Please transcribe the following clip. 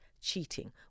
cheating